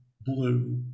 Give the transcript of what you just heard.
blue